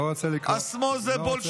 אני לא רוצה לקרוא אותך, השמאל זה בולשביקים.